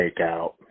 takeout